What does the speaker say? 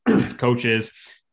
coaches